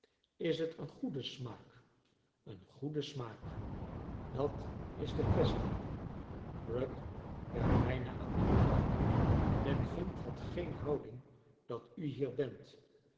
is het een goede smaak een goede smaak dat is de kwestie rugg werd bijna aandoenlrjk men vindt het geen houding dat u hier bent